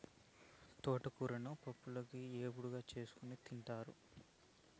తోటకూరను పప్పులోకి, ఏపుడుగా చేసుకోని తింటారు